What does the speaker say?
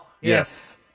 Yes